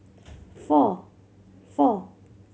four